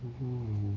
hmm